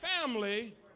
family